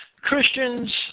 Christians